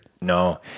no